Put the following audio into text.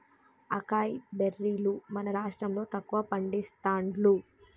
acai బెర్రీలు మన రాష్టం లో తక్కువ పండిస్తాండ్లు